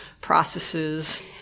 processes